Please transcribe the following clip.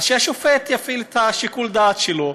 שהשופט יפעיל את שיקול הדעת שלו,